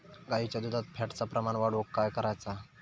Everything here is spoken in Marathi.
गाईच्या दुधात फॅटचा प्रमाण वाढवुक काय करायचा?